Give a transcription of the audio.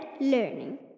Learning